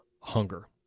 hunger